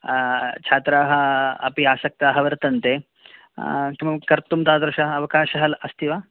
छात्राः अपि आसक्ताः वर्तन्ते कर्तुं तादृशः अवकाशः ल अस्ति वा